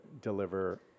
deliver